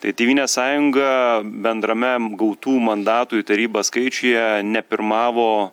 tai tėvynės sąjunga bendrame gautų mandatų į tarybą skaičiuje nepirmavo